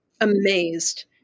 amazed